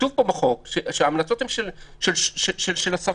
כתוב בחוק שההמלצות הן של השרים.